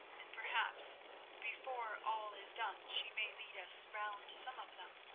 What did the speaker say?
and perhaps before all is done she may lead us round some of them.